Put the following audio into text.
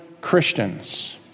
Christians